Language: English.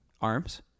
arms